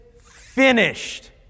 finished